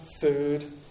food